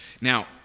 Now